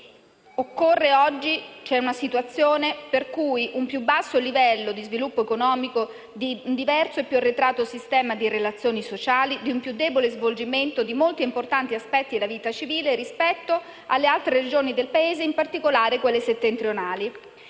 Sud dell'Italia. Oggi c'è una situazione per cui si registra un più basso livello di sviluppo economico, un diverso e più arretrato sistema di relazioni sociali, un più debole svolgimento di molti importanti aspetti della vita civile rispetto alle altre Regioni del Paese, in particolare quelle settentrionali.